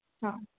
हा